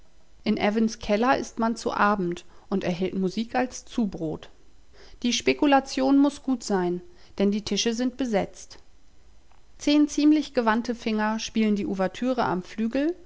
in evans keller ißt man zu abend und erhält musik als zubrot die spekulation muß gut sein denn die tische sind besetzt zehn ziemlich gewandte finger spielen die ouvertüre am flügel